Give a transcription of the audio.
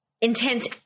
intense